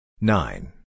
nine